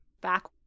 back